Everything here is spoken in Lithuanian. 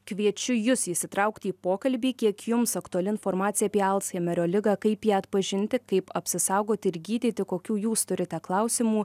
kviečiu jus įsitraukti į pokalbį kiek jums aktuali informacija apie alzheimerio ligą kaip ją atpažinti kaip apsisaugoti ir gydyti kokių jūs turite klausimų